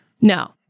No